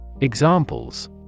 Examples